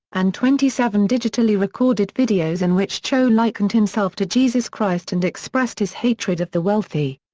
and twenty seven digitally-recorded videos in which cho likened himself to jesus christ and expressed his hatred of the wealthy.